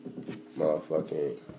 Motherfucking